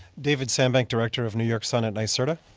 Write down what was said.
david san bank director of new york sun at ni serta.